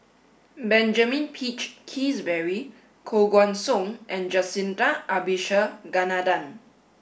Benjamin Peach Keasberry Koh Guan Song and Jacintha Abisheganaden